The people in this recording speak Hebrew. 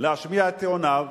להשמיע את טיעוניו